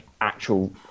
actual